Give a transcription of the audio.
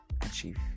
achieve